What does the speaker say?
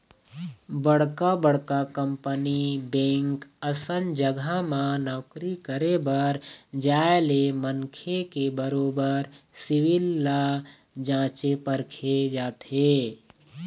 बड़का बड़का company bank असन जघा म नौकरी करे बर जाय ले मनखे के बरोबर सिविल ल जाँचे परखे जाथे